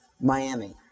Miami